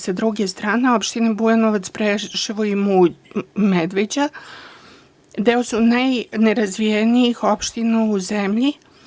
Sa druge strane, opštine Bujanovac, Preševo i Medveđa deo su najnerazvijenijih opština u zemlji.